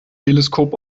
teleskop